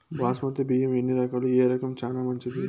బాస్మతి బియ్యం ఎన్ని రకాలు, ఏ రకం చానా మంచిది?